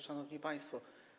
Szanowni Państwo!